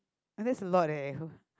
that's a lot eh